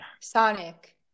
Sonic